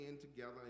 together